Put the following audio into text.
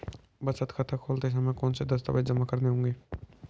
बचत खाता खोलते समय कौनसे दस्तावेज़ जमा करने होंगे?